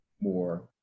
more